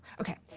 Okay